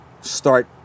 start